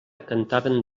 cantaven